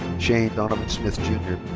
shane donavan smith jr.